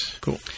Cool